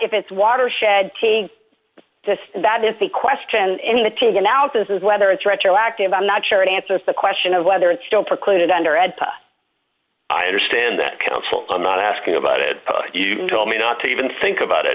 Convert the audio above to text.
if it's watershed take that if the question in the taken out this is whether it's retroactive i'm not sure it answers the question of whether it's still precluded under add to or stand that counsel i'm not asking about it you told me not to even think about it